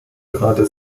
gerade